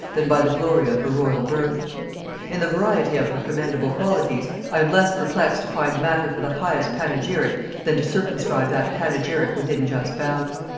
than by the glory of her royal birth in the variety of her commendable qualities, i am less perplexed to find matter for the highest panegyric than to circumscribe that panegyric within just bounds.